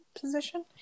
position